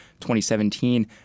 2017